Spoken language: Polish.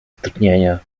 drgnienia